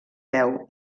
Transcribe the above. peu